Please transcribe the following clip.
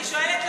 אני שואלת למה,